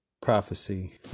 Prophecy